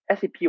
SAP